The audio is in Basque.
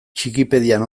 txikipedian